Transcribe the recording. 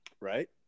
Right